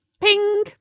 ping